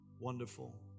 wonderful